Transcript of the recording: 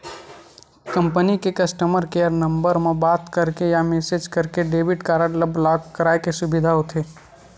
company के customer care number म बात करके या मेसेज करके डेबिट कारड ल ब्लॉक कराए के सुबिधा होथे